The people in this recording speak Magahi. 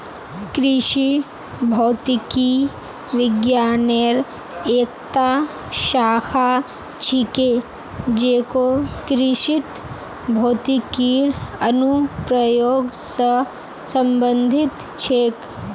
कृषि भौतिकी विज्ञानेर एकता शाखा छिके जेको कृषित भौतिकीर अनुप्रयोग स संबंधित छेक